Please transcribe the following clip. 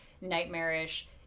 nightmarish